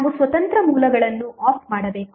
ನಾವು ಸ್ವತಂತ್ರ ಮೂಲಗಳನ್ನು ಆಫ್ ಮಾಡಬೇಕು